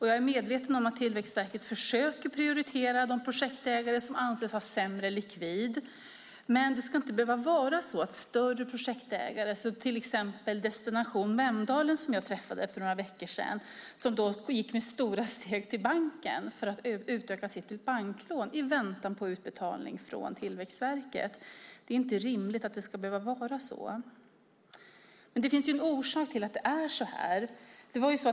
Jag är medveten om att Tillväxtverket försöker prioritera de projektägare som anses ha sämre likvid, men det ska inte behöva vara så att större projektägare, till exempel Destination Vemdalen som jag träffade för några veckor sedan, ska behöva gå med stora steg till banken för att utöka sina banklån i väntan på utbetalning från Tillväxtverket. Det är inte rimligt att det ska behöva vara så. Det finns en orsak till att det är så här.